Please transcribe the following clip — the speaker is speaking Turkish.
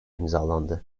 imzalandı